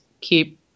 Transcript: keep